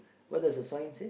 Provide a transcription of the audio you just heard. what does the sign say